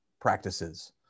practices